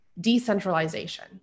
decentralization